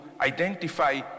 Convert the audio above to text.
identify